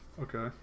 Okay